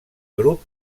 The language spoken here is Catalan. grup